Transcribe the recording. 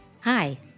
Hi